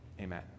amen